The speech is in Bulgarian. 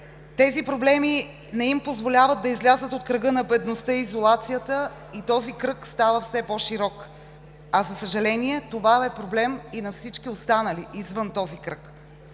Тези проблеми не им позволяват да излязат от кръга на бедността и изолацията и този кръг става все по-широк, а, за съжаление, това е проблем и на всички останали извън този кръг.